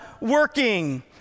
working